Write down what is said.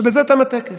ובזה תם הטקס.